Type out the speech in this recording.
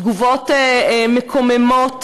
תגובות מקוממות,